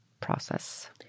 process